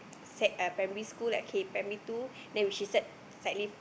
sec~ uh primary school at key primary two which is sec